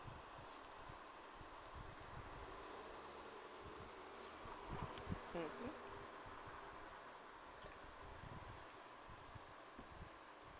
mmhmm